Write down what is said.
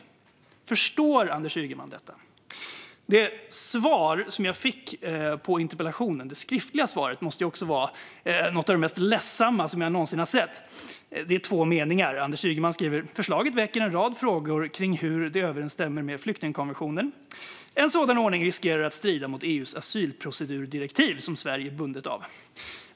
Förstår Anders Ygeman detta? Det skriftliga svar jag fick på interpellationen var något av det mest ledsamma jag någonsin har sett. Det är två meningar där Anders Ygeman skriver: "Förslaget väcker en rad frågor kring hur det överensstämmer med Flyktingkonventionen. En sådan ordning riskerar även att strida mot EU:s asylprocedurdirektiv som Sverige är bundet av."